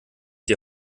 die